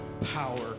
power